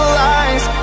lies